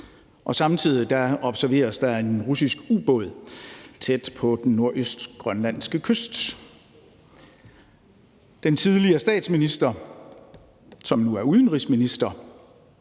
Samtidig observeres der en russisk ubåd tæt på den nordøstgrønlandske kyst. Den tidligere statsminister, som nu er udenrigsminister,